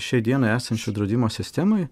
šiai dienai esančioj draudimo sistemoj